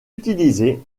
utilisé